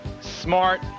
smart